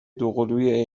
دوقلوی